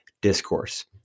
discourse